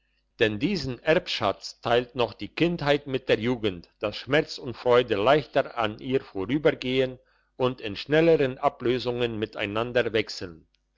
denn diesen erbschatz teilt noch die kindheit mit der jugend dass schmerz und freude leichter an ihr vorübergehen und in schnellern ablösungen miteinander wechseln